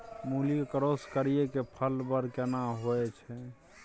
मूली के क्रॉस करिये के फल बर केना होय छै?